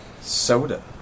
soda